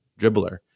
dribbler